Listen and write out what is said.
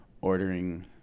ordering